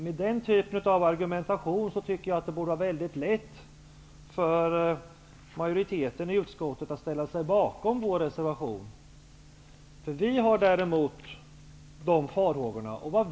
Med den typen av argumentation borde det vara mycket lätt för majoriteten i utskottet att ställa sig bakom vår reservation. Vi har däremot dessa farhågor.